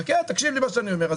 חכה, תקשיב למה שאני אומר.